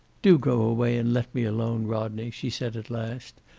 do go away and let me alone, rodney, she said at last.